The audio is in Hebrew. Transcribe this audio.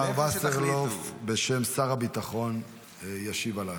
השר וסרלאוף, בשם שר הביטחון, ישיב על ההצעה.